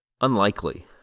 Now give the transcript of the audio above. Unlikely